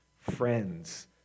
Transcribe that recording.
friends